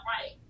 right